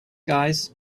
guys